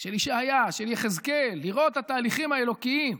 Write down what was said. של ישעיה, של יחזקאל, לראות את התהליכים האלוקיים,